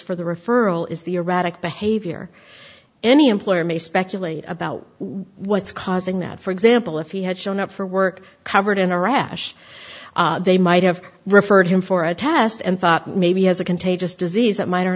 for the referral is the erratic behavior any employer may speculate about what's causing that for example if he had shown up for work covered in iraq they might have referred him for a test and thought maybe he has a contagious disease that mi